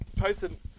Tyson